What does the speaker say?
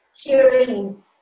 hearing